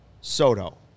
Soto